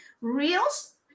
Reels